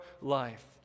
life